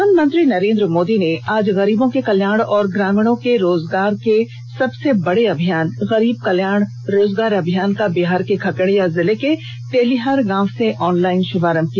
प्रधानमंत्री नरेंद्र मोदी ने आज गरीबों के कल्याण और ग्रामीणों के रोजगार के सबसे बड़े अभियान गरीब कल्याण रोजगार अभियान का बिहार के खगड़िया जिले के तेलीहार गांव से ऑनलाइन शभारंभ किया